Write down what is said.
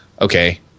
okay